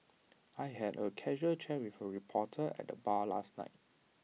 I had A casual chat with A reporter at the bar last night